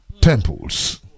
Temples